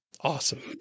Awesome